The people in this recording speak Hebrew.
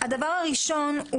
הדבר הראשון,